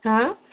ହଁ